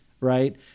right